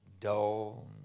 dull